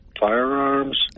firearms